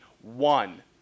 one